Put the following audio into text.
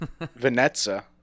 Vanessa